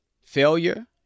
failure